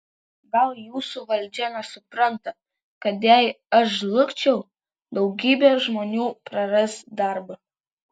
gal jūsų valdžia nesupranta kad jei aš žlugčiau daugybė žmonių praras darbą